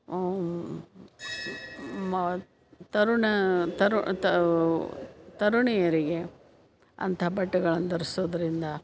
ತರುಣ ತರು ತರುಣಿಯರಿಗೆ ಅಂಥ ಬಟ್ಟೆಗಳನ್ನ ಧರಿಸೋದ್ರಿಂದ